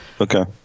Okay